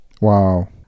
Wow